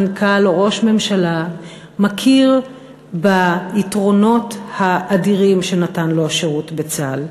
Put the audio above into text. מנכ"ל או ראש ממשלה מכיר ביתרונות האדירים שנתן לו השירות בצה"ל.